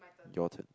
your turn